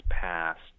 passed